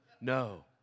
No